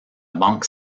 banque